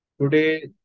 Today